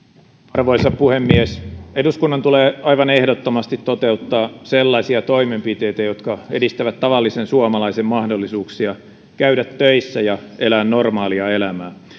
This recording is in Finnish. arvoisa puhemies eduskunnan tulee aivan ehdottomasti toteuttaa sellaisia toimenpiteitä jotka edistävät tavallisen suomalaisen mahdollisuuksia käydä töissä ja elää normaalia elämää